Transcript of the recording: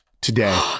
today